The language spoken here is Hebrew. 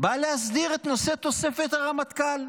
היא באה להסדיר את נושא תוספת הרמטכ"ל.